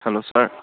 hello sir